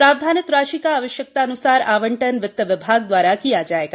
प्रावधानित राशि का आवश्यकतान्सार आवंटन वित विभागा दवारा किया जायेगा